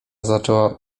zaczęła